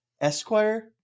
Esquire